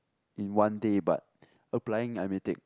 in one day but applying I may take